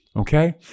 Okay